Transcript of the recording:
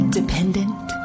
dependent